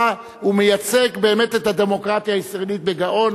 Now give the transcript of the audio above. ומייצג באמת את הדמוקרטיה הישראלית בגאון.